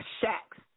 shacks